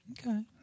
Okay